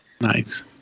Nice